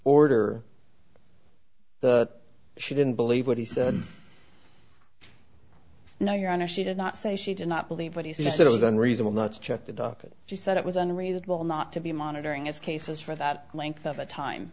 order but she didn't believe what he said no your honor she did not say she did not believe what he said was unreasonable not to check the docket she said it was unreasonable not to be monitoring its cases for that length of a time